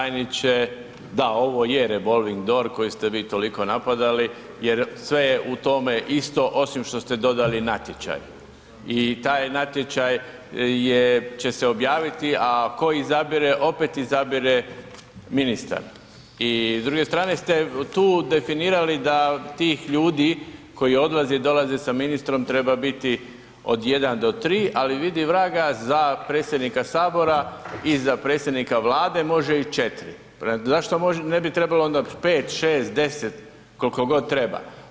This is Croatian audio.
Poštovani g. tajniče, da ovo je revolving door koji ste vi toliko napadali jer sve je u tome isto osim što ste dodali natječaj i taj natječaj će se objaviti a tko izabire, opet izabire ministar i s druge strane ste tu definirali da od tih ljudi koji odlaze i dolaze sa ministrom treba biti od 1 do 3 ali vidi vraga, za predsjednika Sabora i za predsjednika Vlade može i 4, zašto ne bi trebalo onda 5, 6, 10, koliko god treba?